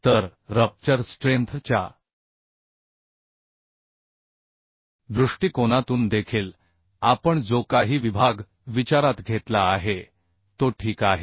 तर rupture strength च्या दृष्टिकोनातून देखील आपण जो काही विभाग विचारात घेतला आहे तो ठीक आहे